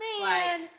Man